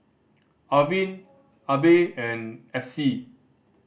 Arvin Abe and Epsie